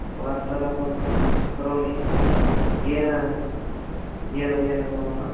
वार्तालापं करोमि येन येन येन मम